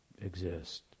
exist